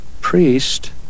priest